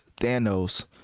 thanos